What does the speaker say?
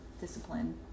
discipline